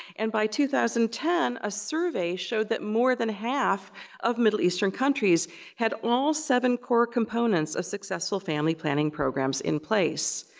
and by two thousand and ten, a survey showed that more than half of middle eastern countries had all seven core components of successful family planning programs in place.